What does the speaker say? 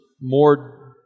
more